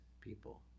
people